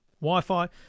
Wi-Fi